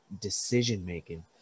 decision-making